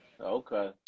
Okay